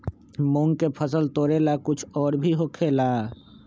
मूंग के फसल तोरेला कुछ और भी होखेला?